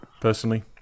personally